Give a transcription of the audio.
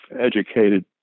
educated